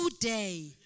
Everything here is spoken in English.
today